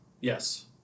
Yes